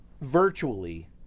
virtually